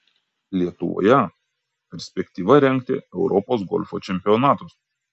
lietuvoje perspektyva rengti europos golfo čempionatus